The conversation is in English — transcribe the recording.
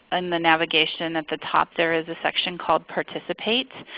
and the navigation at the top there is a section called participate.